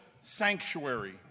sanctuary